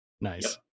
Nice